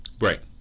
Right